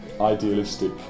idealistic